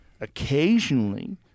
Occasionally